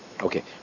okay